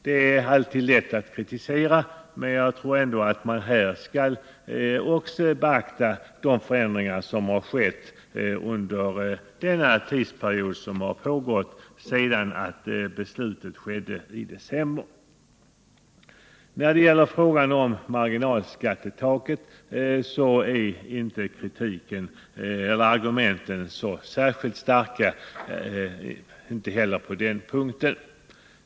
Det är alltid lätt att kritisera, men jag tror ändå att man här också bör beakta de förändringar som har inträffat under den tid som har gått sedan beslutet fattades i december. När det gäller frågan om marginalskattetaket är argumenten inte särskilt starka på den punkten heller.